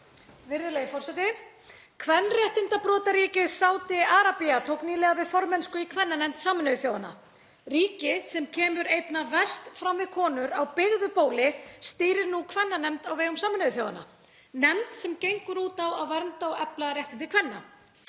SPEECH_BEGIN Kvenréttindabrotaríkið Sádi-Arabía tók nýlega við formennsku í kvennanefnd Sameinuðu þjóðanna. Ríki sem kemur einna verst fram við konur á byggðu bóli stýrir nú kvennanefnd á vegum Sameinuðu þjóðanna, nefnd sem gengur út á að vernda og efla réttindi kvenna.